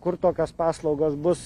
kur tokios paslaugos bus